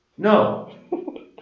No